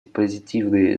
позитивные